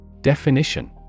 Definition